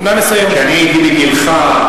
כשאני הייתי בגילך,